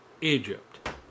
Egypt